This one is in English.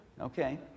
Okay